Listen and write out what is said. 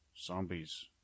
Zombies